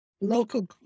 local